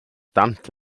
dant